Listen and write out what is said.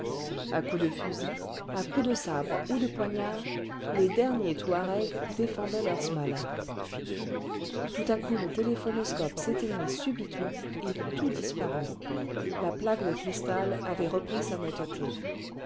à coups de fusil à coups de sabre on de poignards les derniers touaregs défendaient leur smala tout à coup le téléphonoscope s'éteignit subitement et tout disparut la plaque de cristal avait repris sa netteté